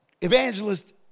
evangelist